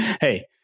Hey